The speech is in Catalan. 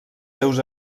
seus